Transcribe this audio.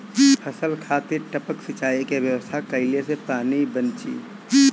फसल खातिर टपक सिंचाई के व्यवस्था कइले से पानी बंची